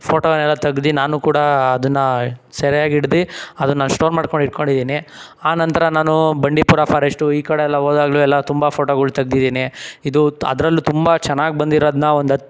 ಫೋಟೋನೆಲ್ಲ ತೆಗ್ದಿ ನಾನೂ ಕೂಡ ಅದನ್ನ ಸೆರೆಯಾಗಿ ಹಿಡ್ದು ಅದನ್ನ ಸ್ಟೋರ್ ಮಾಡ್ಕೊಂಡು ಇಟ್ಕೊಂಡಿದ್ದೀನಿ ಆ ನಂತರ ನಾನು ಬಂಡೀಪುರ ಫಾರೆಸ್ಟು ಈ ಕಡೆಯೆಲ್ಲ ಹೋದಾಗಲೂ ಎಲ್ಲ ತುಂಬ ಫೋಟೋಗಳು ತೆಗ್ದಿದೀನಿ ಇದು ಅದರಲ್ಲೂ ತುಂಬ ಚೆನ್ನಾಗಿ ಬಂದಿರೋದನ್ನ ಒಂದು ಹತ್ತು